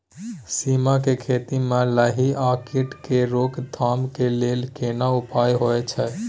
सीम के खेती म लाही आ कीट के रोक थाम के लेल केना उपाय होय छै?